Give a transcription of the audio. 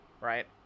Right